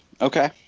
Okay